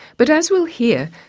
but, as we'll hear,